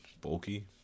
bulky